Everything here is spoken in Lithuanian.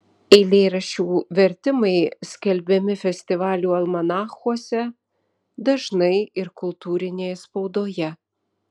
eilėraščių vertimai skelbiami festivalių almanachuose dažnai ir kultūrinėje spaudoje